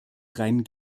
rein